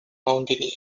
mountaineer